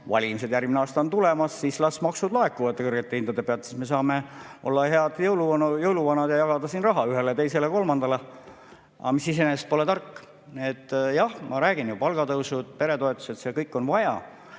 tulevad järgmisel aastal, siis las maksud laekuvad kõrgete hindade pealt, siis me saame olla head jõuluvanad ja jagada siin raha ühele, teisele ja kolmandale. Aga see iseenesest pole tark. Jah, ma räägin, palgatõusud, peretoetused – see kõik on vajalik.